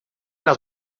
las